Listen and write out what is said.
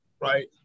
right